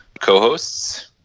co-hosts